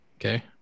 okay